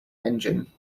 engine